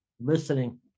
Listening